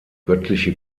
göttliche